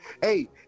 Hey